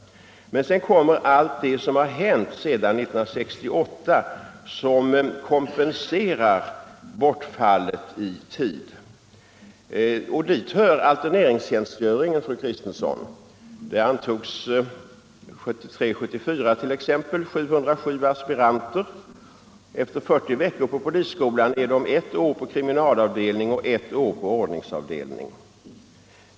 Sedan kommer allt det som har hänt efter 1968 och som kompenserar bortfallet i tid. Dit hör alterneringstjänstgöringen, fru Kristensson. Det antogs 1973/1974 t.ex. 707 aspiranter. Efter 40 veckor på polisskolan är de ett år på kriminalavdelning och ett år på ordningsavdelning.